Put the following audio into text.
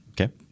Okay